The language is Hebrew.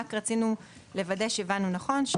רק רצינו לוודא שהבנו נכון.